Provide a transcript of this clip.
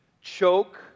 choke